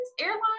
airline